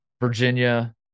Virginia